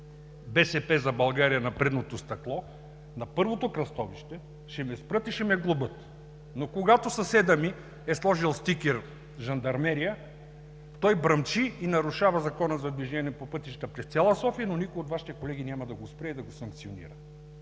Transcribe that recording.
„БСП за България“ на предното стъкло, на първото кръстовище ще ме спрат и ще ме глобят, но когато съседът ми е сложил стикер „Жандармерия“, той бръмчи и нарушава Закона за движение по пътищата през цяла София, но никой от Вашите колеги няма да го спре и да го санкционира.